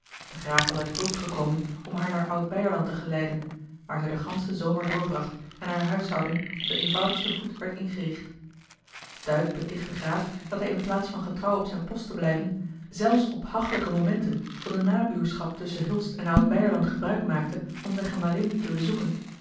de graaf was uit hulst gekomen om haar naar oud beierland te geleiden waar zij den ganschen zomer doorbracht en hare huishouding op den eenvoudigsten voet werd ingericht duyck beticht den graaf dat hij in plaats van getrouw op zijn post te blijven zelfs op hachelijke momenten van de nabuurschap tusschen hulst en oud beierland gebruik maakte om zijne gemalin te bezoeken